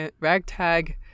ragtag